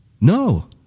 No